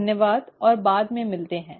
धन्यवाद और बाद में मिलते हैं